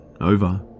Over